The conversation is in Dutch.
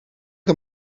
dat